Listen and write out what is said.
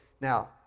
Now